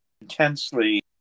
intensely